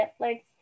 Netflix